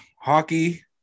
hockey